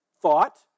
thought